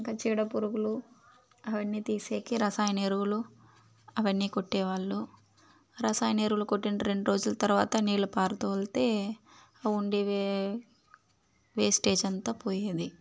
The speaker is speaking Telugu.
ఇంక చీడపురుగులు అవన్నీ తీసేకి రసాయన ఎరువులు అవన్నీ కొట్టేవాళ్ళు రసాయన ఎరువులు కొట్టిన రెండు రోజుల తర్వాత నీళ్ళు పారదోలితే ఆ ఉండే వే వేస్టేజ్ అంతా పోయేది